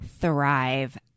Thrive